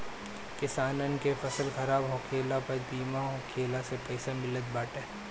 किसानन के फसल खराब होखला पअ बीमा होखला से पईसा मिलत बाटे